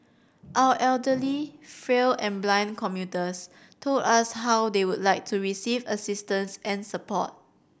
our elderly frail and blind commuters told us how they would like to receive assistance and support